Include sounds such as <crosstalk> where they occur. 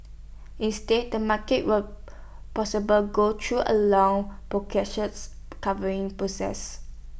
instead the market will possible go through A long <unintelligible> recovery process